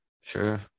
Sure